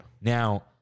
Now